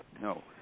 No